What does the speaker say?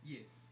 Yes